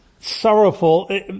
sorrowful